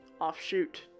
offshoot